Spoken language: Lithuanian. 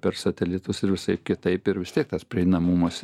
per satelitus ir visaip kitaip ir vis tiek tas prieinamumas